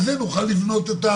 על זה נוכל לבנות.